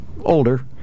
older